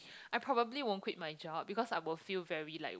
I probably won't quit my job because I will feel very like